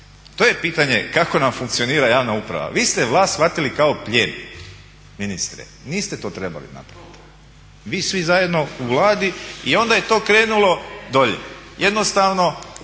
to je pitanje kako nam funkcionira javna uprava. Vi ste vlast shvatili kao plijen, ministre. Niste to trebali napraviti, vi svi zajedno u Vladi, i onda je to krenulo dolje. Jednostavno